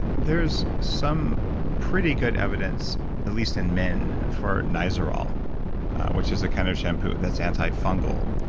there's some pretty good evidence at least in men for nizoral which is a kind of shampoo that's antifungal.